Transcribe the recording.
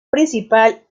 principal